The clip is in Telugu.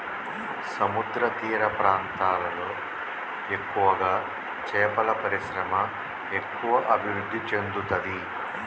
సముద్రతీర ప్రాంతాలలో ఎక్కువగా చేపల పరిశ్రమ ఎక్కువ అభివృద్ధి చెందుతది